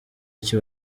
iki